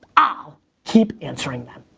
ah keep answering them.